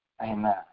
Amen